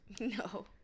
No